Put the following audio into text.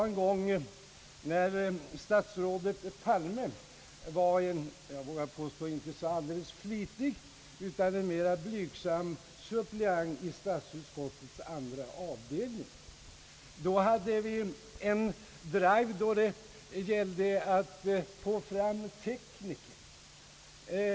En gång när statsrådet Palme var en inte så alldeles flitig utan mera blygsam suppleant i statsutskottets andra avdelning gällde det att få fram tekniker.